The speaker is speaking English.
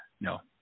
No